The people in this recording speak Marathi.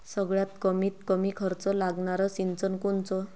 सगळ्यात कमीत कमी खर्च लागनारं सिंचन कोनचं?